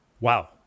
Wow